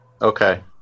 Okay